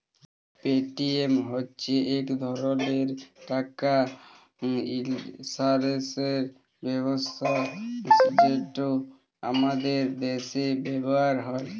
Paytm হছে ইক ধরলের টাকা ইস্থালাল্তরের ব্যবস্থা যেট আমাদের দ্যাশে ব্যাভার হ্যয়